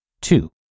Two